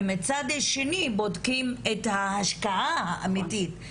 ומצד שני בודקים את ההשקעה האמיתית.